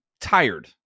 tired